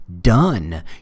done